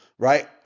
Right